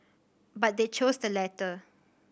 but they chose the latter